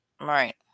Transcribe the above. Right